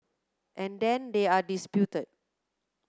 and then they are disputed